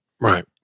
Right